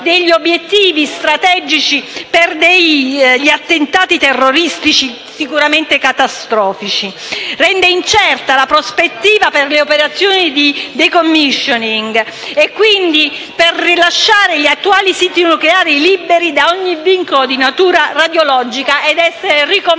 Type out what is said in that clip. obiettivi strategici per degli attentati terroristici, sicuramente catastrofici. La relazione rende incerta la prospettiva per le operazioni di *decommissioning* e quindi per rilasciare gli attuali siti nucleari liberi da ogni vincolo di natura radiologica, affinché siano riconvertiti